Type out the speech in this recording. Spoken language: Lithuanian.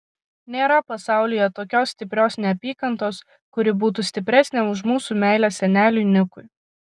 nėra pasaulyje tokios stiprios neapykantos kuri būtų stipresnė už mūsų meilę seneliui nikui